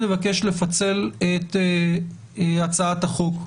נבקש לפצל את הצעת החוק,